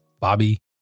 Bobby